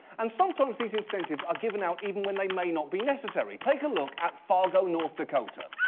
and sometimes these incentives are given out even when they may not be necessary. take a look at fargo, north dakota.